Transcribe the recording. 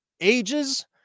ages